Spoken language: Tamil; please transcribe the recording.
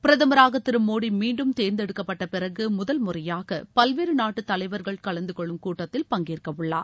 பிரதமராக திரு மோடி மீண்டும் தேர்ந்தெடுக்கப்பட்ட பிறகு முதல் முறையாக பல்வேறு நாட்டு தலைவர்கள் கலந்துகொள்ளும் கூட்டத்தில் பங்கேற்க உள்ளார்